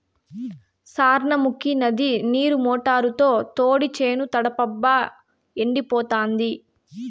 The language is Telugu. సార్నముకీ నది నీరు మోటారుతో తోడి చేను తడపబ్బా ఎండిపోతాంది